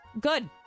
Good